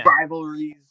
Rivalries